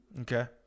Okay